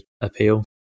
appeal